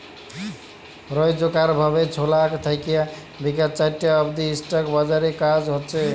রইজকার ভাবে ছকাল থ্যাইকে বিকাল চারটা অব্দি ইস্টক বাজারে কাজ হছে